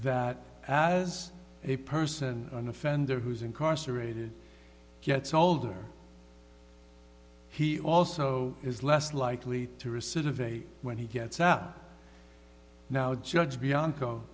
that as a person an offender who's incarcerated gets older he also is less likely to recidivate when he gets out now judge bianco